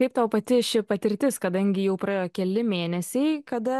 kaip tau pati ši patirtis kadangi jau praėjo keli mėnesiai kada